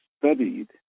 studied